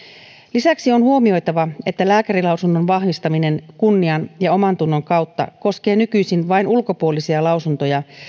lisäksi on huomioitava että lääkärinlausunnon vahvistaminen kunnian ja omantunnon kautta koskee nykyisin vain ulkopuolisia lausuntoja